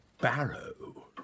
Barrow